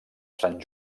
sant